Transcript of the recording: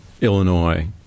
Illinois